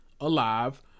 alive